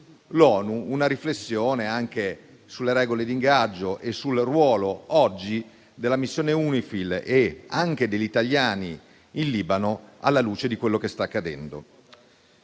fatta una riflessione anche sulle regole d'ingaggio e sul ruolo che hanno oggi la missione UNIFIL e gli italiani in Libano, alla luce di quello che sta accadendo.